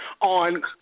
on